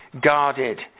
guarded